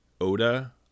Oda